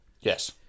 Yes